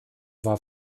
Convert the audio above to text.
war